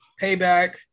Payback